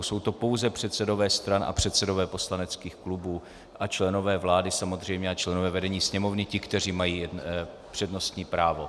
Jsou to pouze předsedové stran a předsedové poslaneckých a klubů a členové vlády samozřejmě a členové vedení Sněmovny, ti, kteří mají přednostní právo.